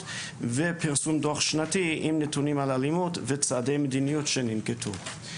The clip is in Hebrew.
ופרסום דוח שנתי עם נתונים על אלימות וצעדי מדיניות שננקטו.